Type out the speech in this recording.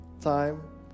time